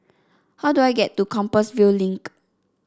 how do I get to Compassvale Link